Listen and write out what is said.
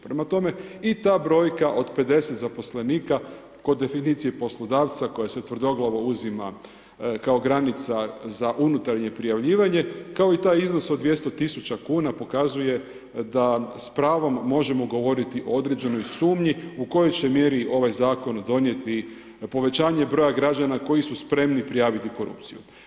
Prema tome i ta brojka od 50 zaposlenika kod definicije poslodavca koja se tvrdoglavo uzima kao granica za unutarnje prijavljivanje, kao i taj iznos od 200.000 kuna pokazuje da s pravom možemo govoriti o određenoj sumnji u kojoj će mjeri ovaj zakon donijeti povećanje broja građana koji su spremni prijaviti korupciju.